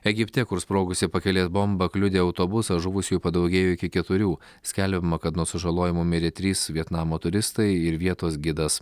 egipte kur sprogusi pakelės bomba kliudė autobusą žuvusiųjų padaugėjo iki keturių skelbiama kad nuo sužalojimų mirė trys vietnamo turistai ir vietos gidas